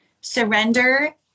surrender